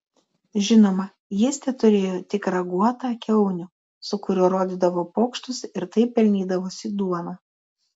žinoma jis teturėjo tik raguotą kiaunių su kuriuo rodydavo pokštus ir taip pelnydavosi duoną